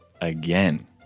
again